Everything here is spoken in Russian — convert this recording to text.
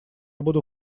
буду